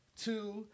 two